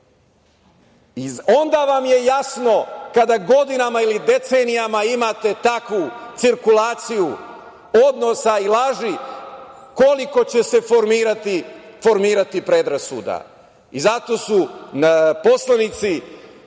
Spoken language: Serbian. onda vam je jasno kada godinama ili decenijama imate takvu cirkulaciju odnosa i laži koliko će se formirati predrasuda. Zato su poslanici